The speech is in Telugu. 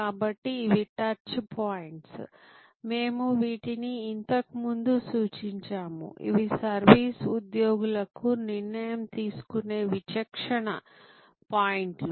కాబట్టి ఇవి టచ్ పాయింట్స్ మేము వీటిని ఇంతకుముందు సూచించాము ఇవి సర్వీస్ ఉద్యోగులకు నిర్ణయం తీసుకునే విచక్షణ పాయింట్లు